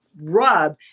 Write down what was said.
rub